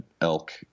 elk